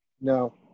No